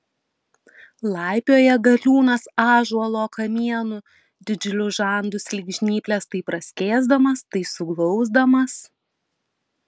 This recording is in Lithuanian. laipioja galiūnas ąžuolo kamienu didžiulius žandus lyg žnyples tai praskėsdamas tai suglausdamas